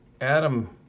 adam